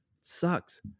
sucks